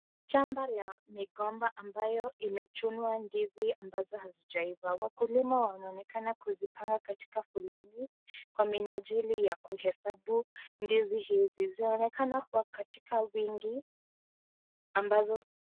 Shamba la migomba ambayo imechumwa ndizi ambazo hazijaiba. Wakulima wana onekana kuzipanga katika foleni, kwa minajili ya kuhesabu ndizi hizi zinaonekana kuwa katika wingi, ambazo.